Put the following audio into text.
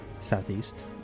Southeast